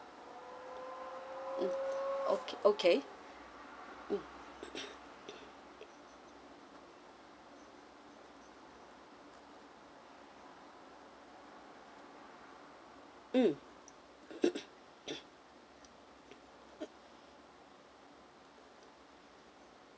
mm okay okay mm